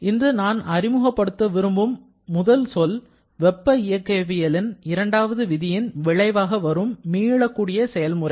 இன்று நான் அறிமுகப்படுத்த விரும்பும் முதல் சொல் வெப்ப இயக்கவியலின் இரண்டாவது விதியின் விளைவாக வரும் மீளக்கூடிய செயல்முறை